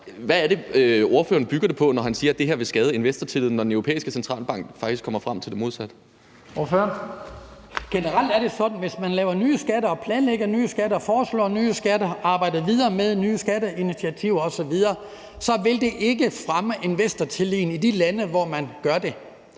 hvad er det, ordføreren bygger det på, når han siger, at det her vil skade investortilliden, når Den Europæiske Centralbank faktisk kommer frem til det modsatte? Kl. 11:33 Første næstformand (Leif Lahn Jensen): Ordføreren. Kl. 11:33 Hans Kristian Skibby (DD): Generelt er det sådan, at hvis man laver nye skatter og planlægger nye skatter og foreslår nye skatter og arbejder videre med nye skatteinitiativer osv., så vil det ikke fremme investortilliden i de lande, hvor man gør det.